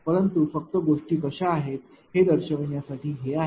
परंतु फक्त गोष्टी कशा आहेत हे दर्शविण्यासाठी हे आहे